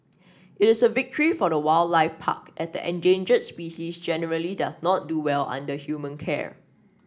it is a victory for the wildlife park as the endangered species generally does not do well under human care